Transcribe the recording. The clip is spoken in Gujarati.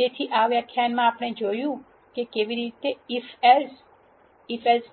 તેથી આ વ્યાખ્યાનમાં આપણે જોયું છે કે કેવી રીતે ઈફ એલ્સ